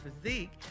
physique